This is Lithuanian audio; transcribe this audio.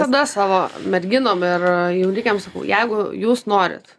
tada savo merginom ir jaunikiam sakau jeigu jūs norit